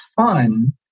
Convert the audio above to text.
fun